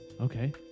Okay